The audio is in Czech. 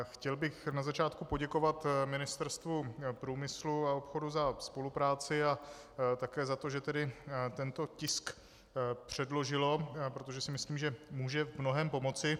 Chtěl bych na začátku poděkovat Ministerstvu průmyslu a obchodu za spolupráci a také za to, že tento tisk předložilo, protože si myslím, že může v mnohém pomoci.